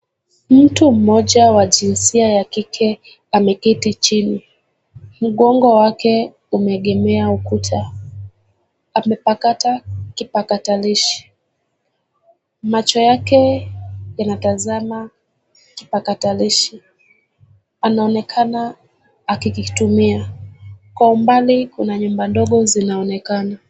Mtu mmoja wa jinsia ya kike ameketi chini, mgongo wake umegemea ukuta. Amebeba kipakataleshi mikononi, macho yake yakiwa yameelekezwa kwenye kifaa hicho. Anaonekana akikitumia. Kwa umbali, kuna nyumba ndogo zinazoonekana.